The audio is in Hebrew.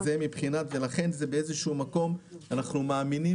לכן באיזשהו מקום אנחנו מאמינים